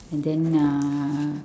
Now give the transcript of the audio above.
and then uh